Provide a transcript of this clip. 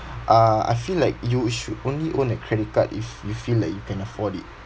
uh I feel like you should only own a credit card if you feel like you can afford it